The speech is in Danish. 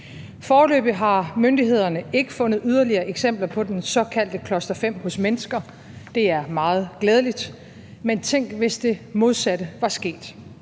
Foreløbig har myndighederne ikke fundet yderligere eksempler på den såkaldte cluster-5 hos mennesker, og det er meget glædeligt, men tænk, hvis det modsatte var sket,